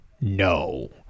No